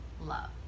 love